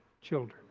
children